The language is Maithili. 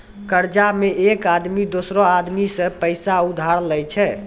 कर्जा मे एक आदमी दोसरो आदमी सं पैसा उधार लेय छै